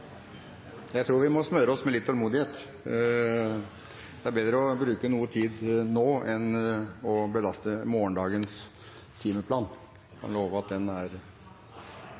Jeg tror vi må smøre oss med litt tålmodighet. Det er bedre å bruke noe tid nå enn å belaste morgendagens timeplan.